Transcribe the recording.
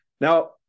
Now